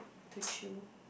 to chill